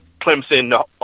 Clemson